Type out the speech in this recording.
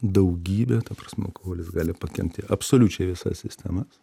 daugybė ta prasme alkoholis gali pakenkti absoliučiai visas sistemas